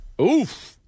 Oof